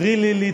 טרי לי לי,